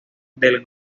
del